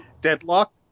Deadlock